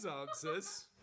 answers